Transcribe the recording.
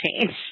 change